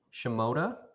shimoda